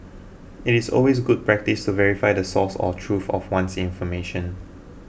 it is always good practice to verify the source or truth of one's information